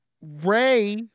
Ray